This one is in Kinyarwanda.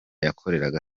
yakoreraga